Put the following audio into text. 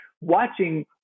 Watching